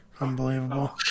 Unbelievable